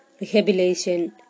rehabilitation